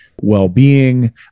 well-being